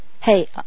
Hey